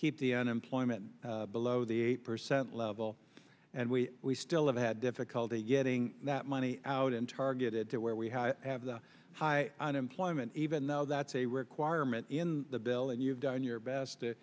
keep the unemployment below the eight percent level and we we still have had difficulty getting that money out in targeted there where we have high unemployment even though that's a requirement in the bill and you've done your best to